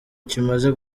kimaze